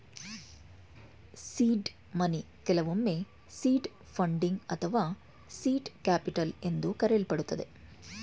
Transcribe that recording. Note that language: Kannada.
ಸೀಡ್ ಮನಿ ಕೆಲವೊಮ್ಮೆ ಸೀಡ್ ಫಂಡಿಂಗ್ ಅಥವಾ ಸೀಟ್ ಕ್ಯಾಪಿಟಲ್ ಎಂದು ಕರೆಯಲ್ಪಡುತ್ತದೆ